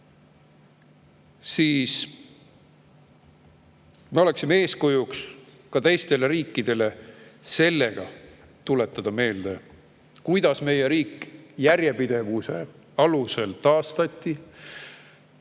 Me oleksime eeskujuks ka teistele riikidele, kui tuletaksime meelde, kuidas meie riik järjepidevuse alusel taastati.